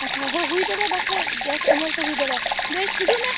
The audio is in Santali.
ᱟᱪᱪᱷᱟ ᱦᱮᱸ ᱦᱩᱭ ᱫᱟᱲᱮᱭᱟᱜᱼᱟ ᱯᱟᱪᱮ ᱜᱮᱥ ᱚᱢᱵᱚᱞᱛᱮ ᱦᱩᱭ ᱫᱟᱲᱮᱭᱟᱜᱼᱟ ᱵᱮᱥ ᱦᱤᱡᱩᱜ ᱢᱮ